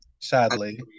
Sadly